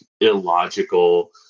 illogical